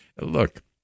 Look